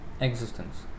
existence